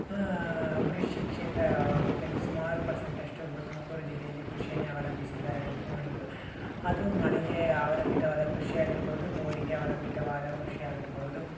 ಕೃಷಿ ಕ್ಷೇತ್ರದಲ್ಲಿ ಸುಮಾರು ಪರ್ಸೆಂಟಷ್ಟು ತುಮಕೂರು ಜಿಲ್ಲೆಯಲ್ಲಿ ಕೃಷಿಯನ್ನೇ ಅವಲಂಬಿಸಿದ್ದಾರೆ ಅಂತಾನೆ ಹೇಳ್ಬೋದು ಅದು ಮಳೆಗೆ ಅವಲಂಬಿತವಾದ ಕೃಷಿ ಆಗಿರ್ಬೌದು ಬೋರಿಗೆ ಅವಲಂಬಿತವಾದ ಕೃಷಿ ಆಗಿರ್ಬೌದು